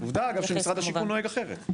אני יודע אגב שמשרד השיכון נוהג אחרת.